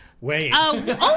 Wait